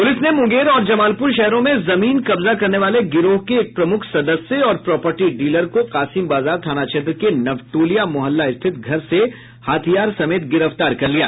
police ने मुंगेर और जमालपुर शहरों में जमीन कब्जा करने वाले गिरोह के एक प्रमुख सदस्य और प्रोपर्टी डीलर को कासिम बाजार थाना क्षेत्र के नवटोलिया मोहल्ला स्थित घर से हथियार समेत गिरफ्तार कर लिया